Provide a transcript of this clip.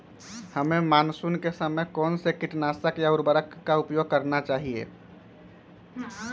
हमें मानसून के समय कौन से किटनाशक या उर्वरक का उपयोग करना चाहिए?